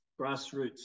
grassroots